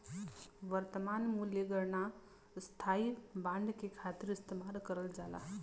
वर्तमान मूल्य गणना स्थायी बांड के खातिर इस्तेमाल करल जाला